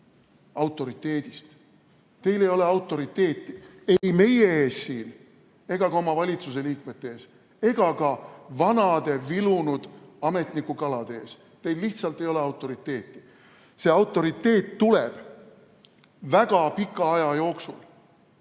Teil ei ole autoriteeti ei meie ees siin ega ka omavalitsuste liikmete ees, samuti mitte vanade vilunud ametnikukalade ees. Teil lihtsalt ei ole autoriteeti. Sest autoriteet tuleb väga pika aja jooksul.